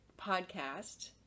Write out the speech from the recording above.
podcast